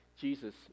Jesus